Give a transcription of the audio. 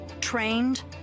trained